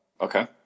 Okay